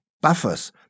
buffers